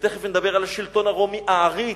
ותיכף נדבר על השלטון הרומי העריץ,